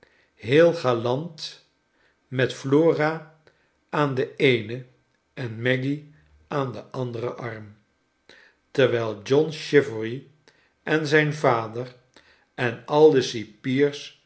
heel galant met flora aan den eenen en maggy aan den anderen arm terwijl john chivery en zijn vader en al de cipiers